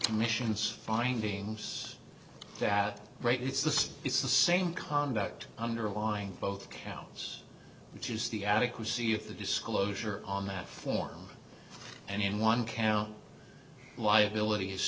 two missions findings that right it's the it's the same conduct underlying both counts which is the attic to see if the disclosure on that form and in one county liabilit